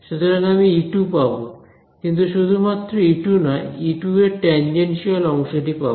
সুতরাং আমি E2 পাব কিন্তু শুধুমাত্র E2 নয় E2 এর টেনজেনশিয়াল অংশটি পাব